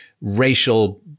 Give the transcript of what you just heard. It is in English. racial